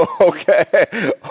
okay